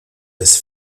les